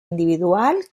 individual